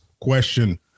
question